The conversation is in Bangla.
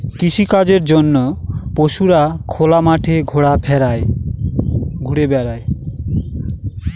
কৃষিকাজের জন্য পশুরা খোলা মাঠে ঘুরা বেড়ায়